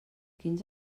quins